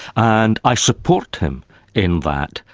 and i support him in that,